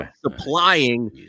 supplying